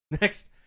Next